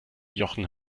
jochen